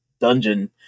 dungeon